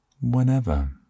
whenever